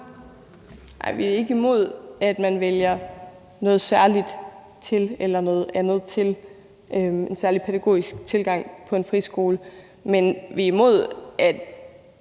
vi er ikke imod, at man vælger noget særligt til eller noget andet til, f.eks. en særlig pædagogisk tilgang på en friskole. Men vi er imod at